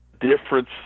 difference